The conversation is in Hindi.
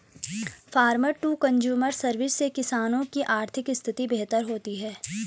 फार्मर टू कंज्यूमर सर्विस से किसानों की आर्थिक स्थिति बेहतर होती है